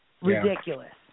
Ridiculous